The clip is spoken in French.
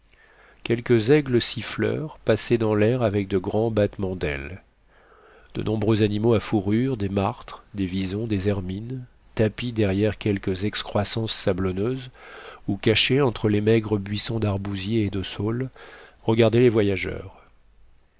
quelques aigles siffleurs passaient dans l'air avec de grands battements d'aile de nombreux animaux à fourrures des martres des visons des hermines tapis derrière quelques excroissances sablonneuses ou cachés entre les maigres buissons d'arbousiers et de saules regardaient les voyageurs